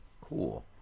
cool